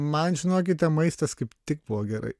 man žinokite maistas kaip tik buvo gerai